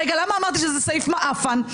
למה אמרתי שזה סעיף "מעאפן"?